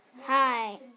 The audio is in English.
Hi